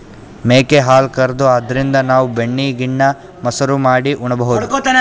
ಮೇಕೆ ಹಾಲ್ ಕರ್ದು ಅದ್ರಿನ್ದ್ ನಾವ್ ಬೆಣ್ಣಿ ಗಿಣ್ಣಾ, ಮಸರು ಮಾಡಿ ಉಣಬಹುದ್